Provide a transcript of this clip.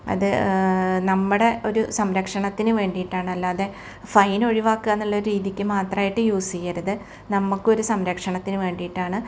അത് നമ്മുടെ ഒരു സംരക്ഷണത്തിന് വേണ്ടിയിട്ടാണ് അല്ലാതെ ഫൈൻ ഒഴിവാക്കുക എന്നുള്ളൊരു രീതിക്ക് മാത്രമായിട്ട് യൂസ് ചെയ്യരുത് നമ്മൾക്കൊരു സംരക്ഷണത്തിന് വേണ്ടിയിട്ടാണ്